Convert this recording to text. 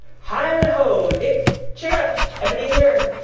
hilli-ho, dick! chirrup, ebenezer!